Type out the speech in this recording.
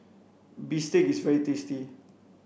bistake is very tasty